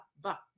ba